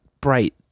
bright